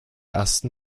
ersten